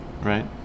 right